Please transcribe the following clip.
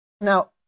Now